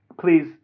please